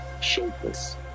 shapeless